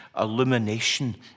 illumination